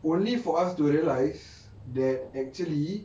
only for us to realise that actually